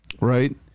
right